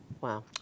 wow